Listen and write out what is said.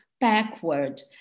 backward